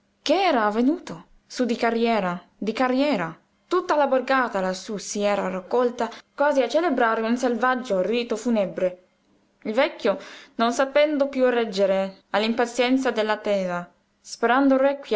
che era avvenuto sú di carriera di carriera tutta la borgata lassú si era raccolta quasi a celebrare un selvaggio rito funebre il vecchio non sapendo piú reggere all'impazienza dell'attesa sperando